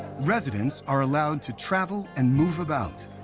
residents are allowed to travel and move about.